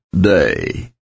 day